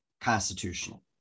constitutional